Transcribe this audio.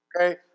Okay